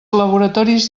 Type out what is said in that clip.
laboratoris